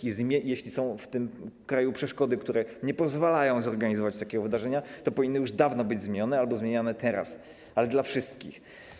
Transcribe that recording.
I jeśli są w tym kraju przeszkody, które nie pozwalają zorganizować takiego wydarzenia, to już dawno powinny być zmienione albo zmieniane teraz, ale dla wszystkich.